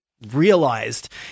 realized